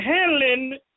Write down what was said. handling